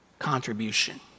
contribution